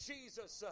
Jesus